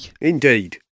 Indeed